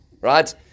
right